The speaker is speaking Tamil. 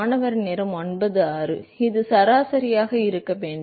மாணவர் இது சராசரியாக இருக்க வேண்டும்